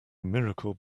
miracle